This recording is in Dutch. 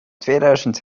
tweeduizend